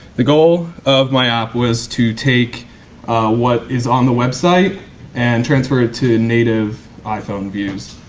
the goal of my app was to take what is on the website and transfer it to native iphone views.